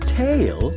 tail